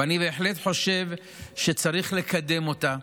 ואני בהחלט חושב שצריך לקדם אותה.